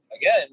again